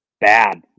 bad